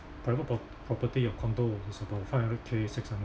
private pro~ property or condo is about five hundred K six hundred